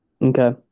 Okay